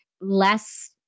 less